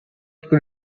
could